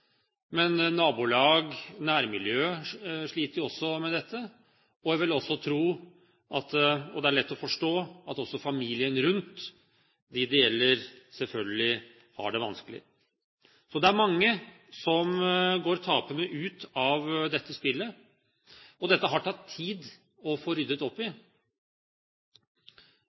men nabolag, nærmiljø, sliter jo også med dette. Jeg vil tro – og det er lett å forstå – at også familien rundt dem det gjelder, har det vanskelig. Det er mange som går tapende ut av dette spillet. Dette har det tatt tid å få ryddet opp i.